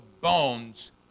bones